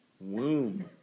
womb